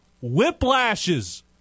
whiplashes